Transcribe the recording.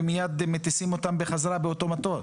ומייד מטיסים אותם בחזרה באותו מטוס.